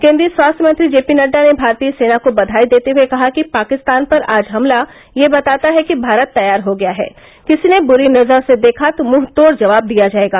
केंद्रीय स्वास्थ्य मंत्री जे पी नड्डा ने भारतीय सेना को बधाई देते हुए कहा कि पाकिस्तान पर आज हमला यह बताता है कि भारत तैयार हो गया है किसी ने बुरी नजर से देखा तो मुंह तोड़ जवाब दिया जाएगा